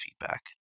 feedback